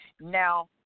Now